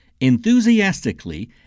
enthusiastically